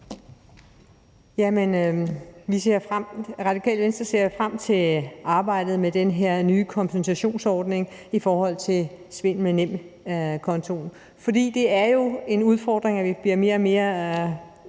Radikale Venstre ser vi frem til arbejdet med den her nye kompensationsordning i forhold til svindel med nemkontoen. For det er jo en udfordring, at vi får flere og flere